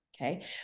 okay